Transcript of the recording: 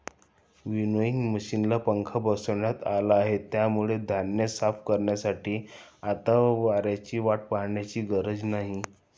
winnowing मशिनला पंखा बसवण्यात आला आहे, त्यामुळे धान्य साफ करण्यासाठी आता वाऱ्याची वाट पाहण्याची गरज नाही